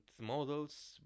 Models